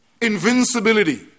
invincibility